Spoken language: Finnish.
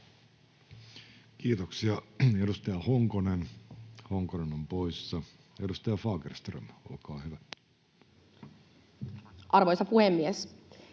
Kiitoksia. — Edustaja Antikainen, poissa. — Edustaja Bergbom, olkaa hyvä. Arvoisa herra